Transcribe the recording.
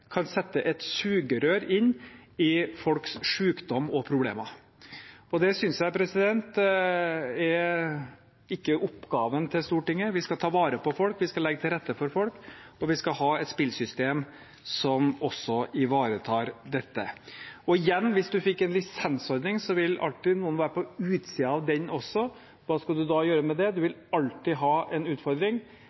kan sette et sugerør inn i folks sykdom og problemer. Det synes jeg ikke er oppgaven til Stortinget. Vi skal ta vare på folk, vi skal legge til rette for folk, og vi skal ha et spillsystem som også ivaretar dette. Og igjen: Hvis man fikk en lisensordning, ville det alltid være noen på utsiden av den også – hva skulle man da gjøre med det? Man vil alltid ha en utfordring